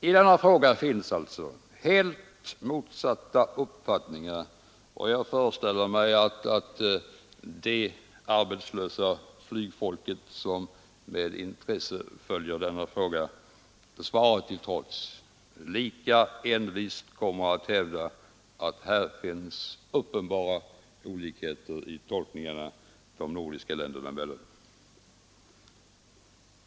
I denna fråga finns alltså helt motsatta uppfattningar, och jag föreställer mig att det arbetslösa flygfolket, som med intresse följer denna fråga, svaret till trots lika envist kommer att hävda att här föreligger uppenbara olikheter i tolkningarna de nordiska länderna emellan.